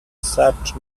such